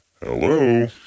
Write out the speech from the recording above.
Hello